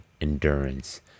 endurance